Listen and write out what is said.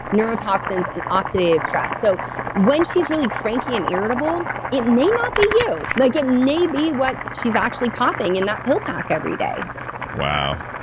neurotoxins, and oxidative stress. so when she's really cranky and irritable, it may not be you. know it may be what she's actually popping in that pill pack every day wow.